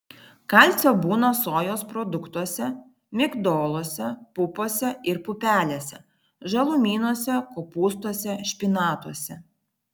kalcio būna sojos produktuose migdoluose pupose ir pupelėse žalumynuose kopūstuose špinatuose